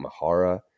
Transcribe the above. Mahara